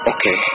Okay